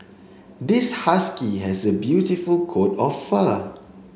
this husky has a beautiful coat of fur